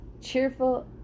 Cheerful